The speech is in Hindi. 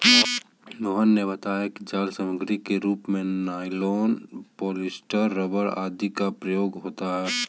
मोहन ने बताया कि जाल सामग्री के रूप में नाइलॉन, पॉलीस्टर, रबर आदि का प्रयोग होता है